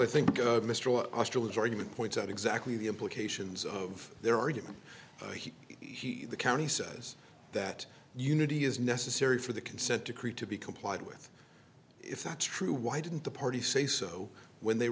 i think mr austerlitz argument points out exactly the implications of their argument he he the county says that unity is necessary for the consent decree to be complied with if that's true why didn't the party say so when they